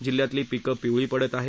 जिल्ह्यातील पिक पिवळी पडत आहेत